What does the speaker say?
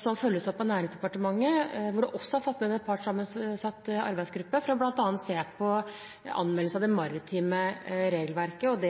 som følges opp av Næringsdepartementet. Der er det også satt ned en partssammensatt arbeidsgruppe, bl.a. for å se på anvendelse av det maritime regelverket.